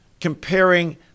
comparing